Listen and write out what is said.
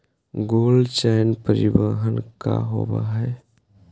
Cold chain परिवहन का होव हइ?